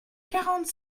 quarante